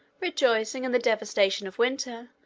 rejoicing in the devastation of winter,